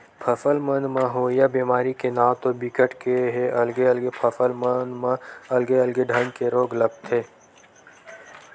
फसल मन म होवइया बेमारी के नांव तो बिकट के हे अलगे अलगे फसल मन म अलगे अलगे ढंग के रोग लगथे